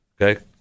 Okay